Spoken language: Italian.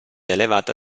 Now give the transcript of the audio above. elevata